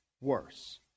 worse